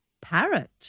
Parrot